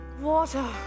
water